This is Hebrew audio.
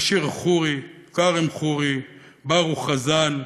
בשיר חורי, כארם חורי, ברוך חזן,